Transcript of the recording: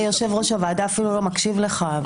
יושב ראש הוועדה אפילו לא מקשיב לך.